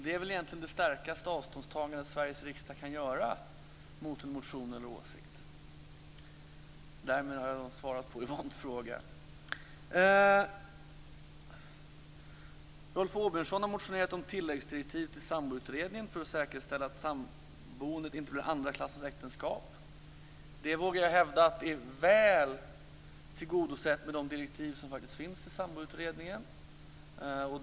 Det är väl egentligen det starkaste avståndstagande som Sveriges riksdag kan göra från en motion eller åsikt. Därmed har jag också svarat på Yvonnes fråga. Rolf Åbjörnsson har motionerat om tilläggsdirektiv till Samboendekommittén för att säkerställa att samboendet inte blir ett andra klassens äktenskap. Detta, vågar jag hävda, är väl tillgodosett med de direktiv som faktiskt finns i Samboendekommittén.